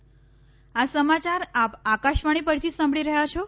corona appeal આ સમાચાર આપ આકાશવાણી પરથી સાંભળી રહ્યા છો